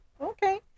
okay